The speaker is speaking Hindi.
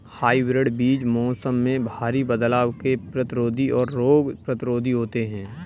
हाइब्रिड बीज मौसम में भारी बदलाव के प्रतिरोधी और रोग प्रतिरोधी होते हैं